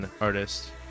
artist